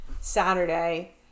Saturday